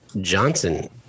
johnson